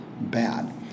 bad